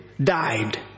died